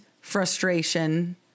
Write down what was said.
frustration